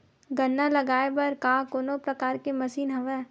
गन्ना लगाये बर का कोनो प्रकार के मशीन हवय?